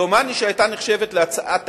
דומני שהיתה נחשבת הצעה תקציבית.